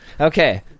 Okay